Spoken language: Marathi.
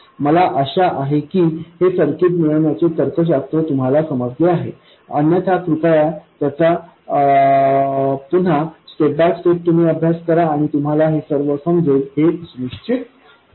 मला आशा आहे की हे सर्किट मिळवण्याचे तर्कशास्त्र समजले आहे अन्यथा कृपया त्याचा पुन्हा स्टेप बाय स्टेप अभ्यास करा आणि तुम्हाला हे सर्व समजेल हे सुनिश्चित करा